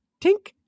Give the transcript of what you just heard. Tink